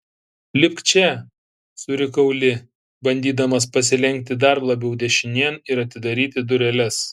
lipk čia surikau li bandydamas pasilenkti dar labiau dešinėn ir atidaryti dureles